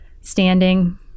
standing